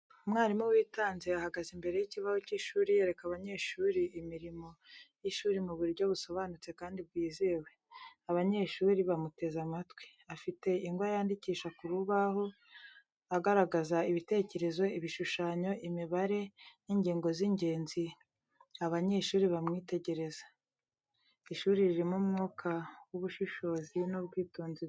Umwarimu witanze ahagaze imbere y’ikibaho cy’ishuri, yereka abanyeshuri imirimo y’ishuri mu buryo busobanutse kandi bwizewe, abanyeshuri bamuteze amatwi. Afite ingwa yandikisha k'urubaho, agaragaza ibitekerezo, ibishushanyo, imibare, n’ingingo z’ingenzi, abanyeshuri bamwitegereza. Ishuri ririmo umwuka w’ubushishozi n’ubwitonzi bwinshi.